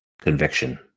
Conviction